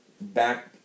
back